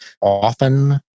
often